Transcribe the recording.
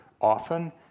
often